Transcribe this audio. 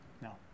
no